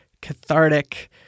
cathartic